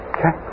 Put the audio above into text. Okay